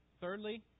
Thirdly